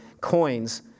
coins